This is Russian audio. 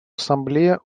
ассамблея